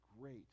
great